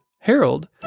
Harold